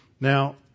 Now